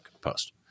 post